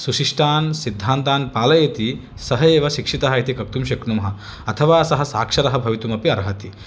सुशिष्टान् सिद्धान्तान् पालयति सः एव शिक्षितः इति वक्तुं शक्नुमः अथवा सः साक्षरः भवितुमपि अर्हति